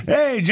Hey